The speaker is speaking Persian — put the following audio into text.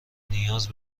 نیاز